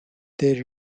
they